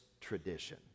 tradition